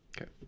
Okay